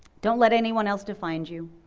don't let anyone else define you.